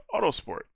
Autosport